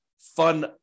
fun